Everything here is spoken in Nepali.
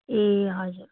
ए हजुर